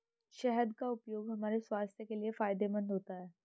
शहद का उपयोग हमारे स्वास्थ्य के लिए फायदेमंद होता है